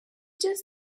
just